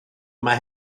yma